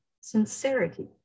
sincerity